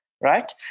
right